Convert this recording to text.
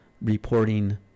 reporting